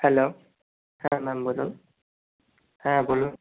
hello হ্যাঁ ma'am বলুন হ্যাঁ বলুন